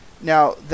Now